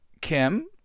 Kim